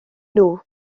nhw